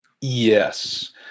Yes